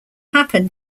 happened